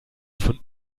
von